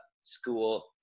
school